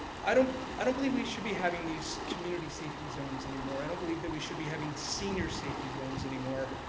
i don't i don't believe we should be having these community safety zones any more. i don't believe we should be having senior safety zones any more.